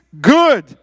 good